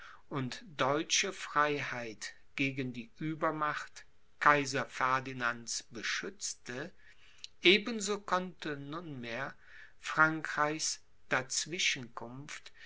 und deutsche freiheit gegen die uebermacht kaiser ferdinands beschützte ebenso konnte nunmehr frankreichs